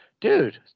Dude